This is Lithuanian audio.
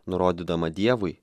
nurodydama dievui